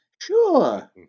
Sure